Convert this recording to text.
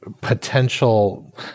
potential